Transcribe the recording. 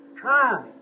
Try